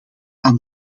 aan